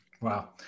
Wow